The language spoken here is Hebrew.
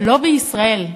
לא בישראל.